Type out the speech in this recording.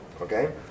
Okay